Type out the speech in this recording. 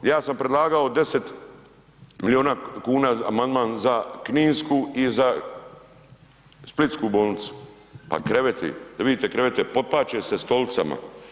Ja sam predlagao 10 milijuna kuna amandman za Kninsku i za Splitsku bolnicu, pa kreveti, da vidite krevete potpaće se stolicama.